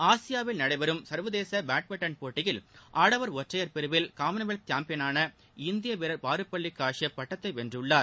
ஆசியாவில் நடைபெறும் சர்வதேச பேட்மிண்டன் போட்டியில் ஆடவர் ஒற்றையர் பிரிவில் காமன்வெல்த் சாம்பியனான இந்திய வீரர் பாருப்பள்ளி காஷ்யப் பட்டத்தை வென்றுள்ளார்